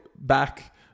back